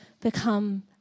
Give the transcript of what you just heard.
become